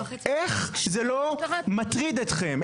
איך זה לא מטריד אתכם?